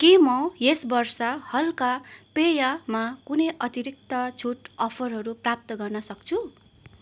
के म यस वर्ष हल्का पेयमा कुनै अतिरिक्त छुट अफरहरू प्राप्त गर्न सक्छु